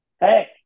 Hey